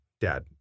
Dad